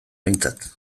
behintzat